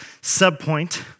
sub-point